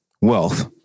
Wealth